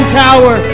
tower